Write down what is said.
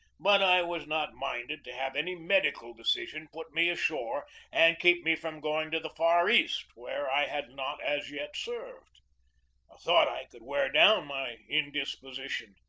but i was not minded to have any medical decision put me ashore and keep me from going to the far east? where i had not as yet served. i thought i could wear down my indisposition,